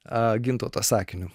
gintauto sakiniu